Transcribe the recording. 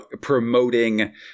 promoting